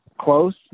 close